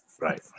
right